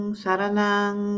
saranang